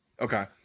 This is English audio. Okay